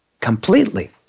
completely